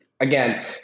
again